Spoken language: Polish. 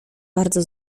bardzo